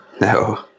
no